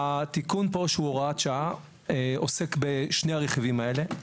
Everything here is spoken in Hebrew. התיקון פה שהוא הוראת שעה עוסק בשני הרכיבים האלה.